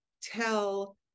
tell